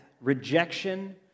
rejection